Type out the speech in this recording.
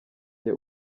jye